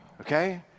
Okay